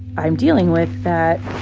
i'm dealing with that